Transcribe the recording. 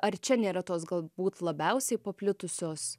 ar čia nėra tos galbūt labiausiai paplitusios